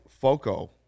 Foco